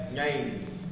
names